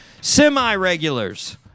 Semi-regulars